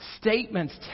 statements